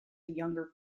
younger